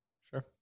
Sure